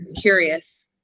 curious